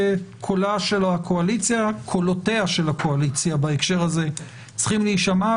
וקולותיה של הקואליציה בהקשר הזה צריכים להישמע,